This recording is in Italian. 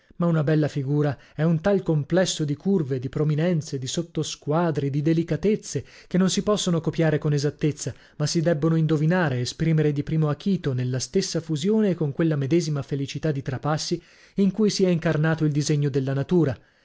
ma una bella figura è un tal complesso di curve di prominenze di sottosquadri di delicatezze che non si possono copiare con esattezza ma si debbono indovinare esprimere di primo achito nella stessa fusione e con quella medesima felicità di trapassi in cui si è incarnato il disegno della natura